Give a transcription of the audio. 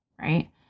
Right